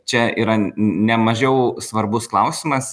čia yra ne mažiau svarbus klausimas